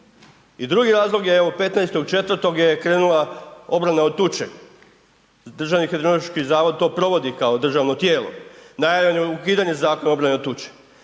I drugi je razlog je evo, 15.4. je krenula obrana od tuče. DHMZ to provodi kao državno tijelo. Najavljeno je ukidanje Zakona o obrani od tuče.